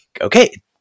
okay